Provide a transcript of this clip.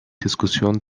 diskussionen